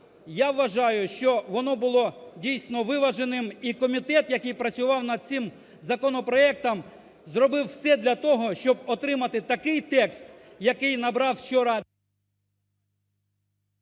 я вважаю, що воно було, дійсно, виваженим. І комітет, який працював над цим законопроектом, зробив все для того, щоб отримати такий текст, який набрав вчора…